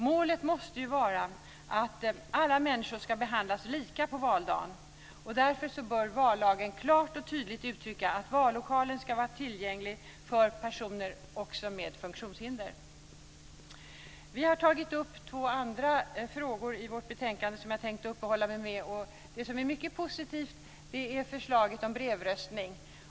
Målet måste ju vara att alla människor ska behandlas lika på valdagen. Därför bör vallagen klart och tydligt uttrycka att vallokalen ska vara tillgänglig också för personer med funktionshinder. Vi har tagit upp två andra frågor i vårt betänkande som jag tänkte uppehålla mig vid. Det som är mycket positivt är förslaget om brevröstning.